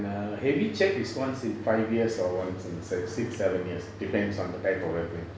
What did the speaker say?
err heavy check is once in five years or once in six seven years depends on the type of air plane